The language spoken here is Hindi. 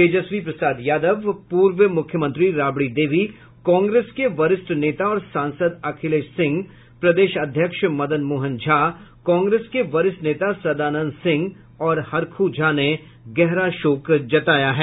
तेजस्वी प्रसाद यादव पूर्व मुख्यमंत्री राबड़ी देवी कांग्रेस के वरिष्ठ नेता और सांसद अखिलेश सिंह प्रदेश अध्यक्ष मदन मोहन झा कांग्रेस के वरिष्ठ नेता सदानंद सिंह और हरखू झा ने गहरा शोक जताया है